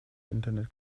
internet